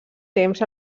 temps